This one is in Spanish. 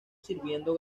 sirviendo